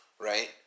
right